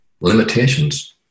limitations